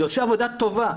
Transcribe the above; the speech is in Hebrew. זה עושה עבודה טובה.